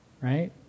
right